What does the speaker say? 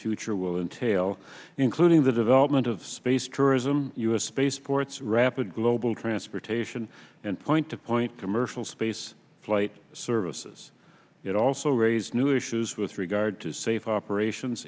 future will entail including the development of space tourism u s spaceports rapid global transportation and point to point commercial space flight services it also raises new issues with regard to safe operations